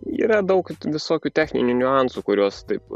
yra daug visokių techninių niuansų kuriuos taip